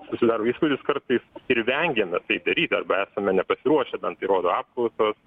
susidaro įspūdis kartais ir vengiame tai daryt arba esame nepasiruošę bent tai rodo apklausos